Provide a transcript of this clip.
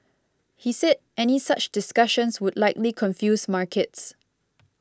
he said any such discussions would likely confuse markets